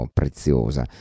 preziosa